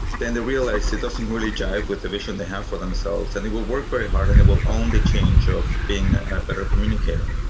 then they realize it doesn't really jive with the vision they have for themselves and they will work very hard and they will only change being a better communicator.